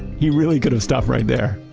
he really could have stopped right there,